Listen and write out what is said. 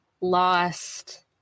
lost